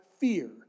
fear